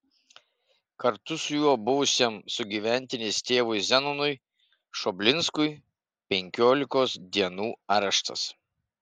kartu su juo buvusiam sugyventinės tėvui zenonui šoblinskui penkiolikos dienų areštas